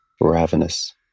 ravenous